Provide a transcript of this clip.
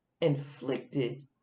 inflicted